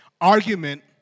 argument